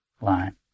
line